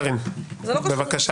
קארין, בבקשה.